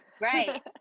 right